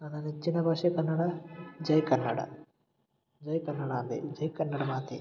ನನ್ನ ನೆಚ್ಚಿನ ಭಾಷೆ ಕನ್ನಡ ಜೈ ಕನ್ನಡ ಜೈ ಕನ್ನಡಾಂಬೆ ಜೈ ಕನ್ನಡ ಮಾತೆ